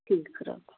ठीक छै राखू